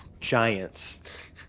Giants